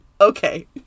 Okay